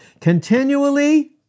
Continually